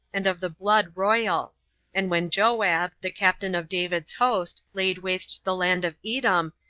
and of the blood royal and when joab, the captain of david's host, laid waste the land of edom,